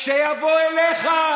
שיבוא אליך,